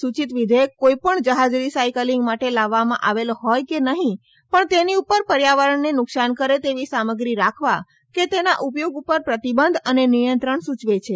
સુચિત વિઘેયક કોઈપણ જહાજ રિ સાયકલિંગ માટે લાવવામાં આવેલો હોય કે નહીં પણ તેની ઉપર પર્યાવરણને નુકસાન કરે તેવી સામગ્રી રાખવા કે તેના ઉપયોગ ઉપર પ્રતિબંધ અને નિયંત્રણ સૂચવે છે